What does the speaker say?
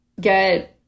get